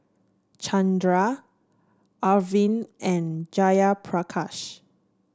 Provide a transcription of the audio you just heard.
Chandra Arvind and Jayaprakash